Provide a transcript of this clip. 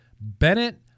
Bennett